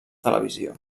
televisió